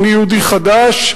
אני יהודי חדש,